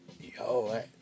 Yo